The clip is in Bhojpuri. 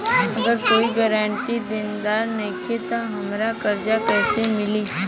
अगर कोई गारंटी देनदार नईखे त हमरा कर्जा कैसे मिली?